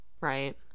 Right